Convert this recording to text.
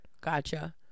Gotcha